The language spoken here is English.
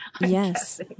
Yes